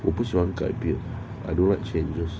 我不喜欢改变 don't changes